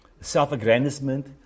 self-aggrandizement